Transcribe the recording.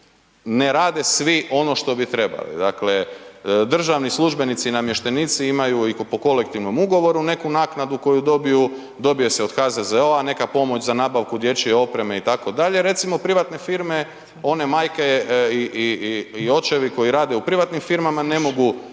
ne rade svi ono što bi trebali, dakle, državni službenici i namještenici imaju i po Kolektivnom ugovoru neku naknadu koju dobiju, dobije se i od HZZO-a, neka pomoć za nabavku dječje opreme, itd., recimo privatne firme, one majke i očevi koji rade u privatnim firmama ne mogu